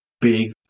big